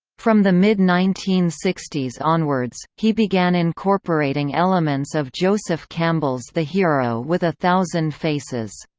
from the mid nineteen sixty s onwards, he began incorporating elements of joseph campbell's the hero with a thousand faces.